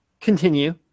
Continue